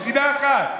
מדינה אחת.